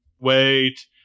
wait